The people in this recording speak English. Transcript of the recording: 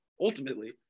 ultimately